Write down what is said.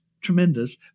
tremendous